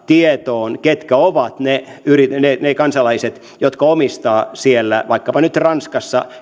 tietoon ketkä ovat ne ne kansalaiset jotka omistavat jotain suomalaista yritystä siellä vaikkapa nyt ranskassa